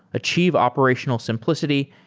achieve operational simplicity,